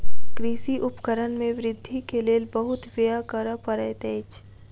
कृषि उपकरण में वृद्धि के लेल बहुत व्यय करअ पड़ैत अछि